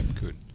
good